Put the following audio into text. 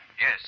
Yes